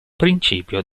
principio